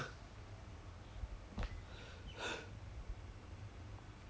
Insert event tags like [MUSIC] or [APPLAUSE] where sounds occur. [NOISE] [LAUGHS] 这样快 then like thirty seconds left already